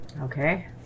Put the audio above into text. Okay